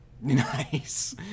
Nice